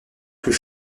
plus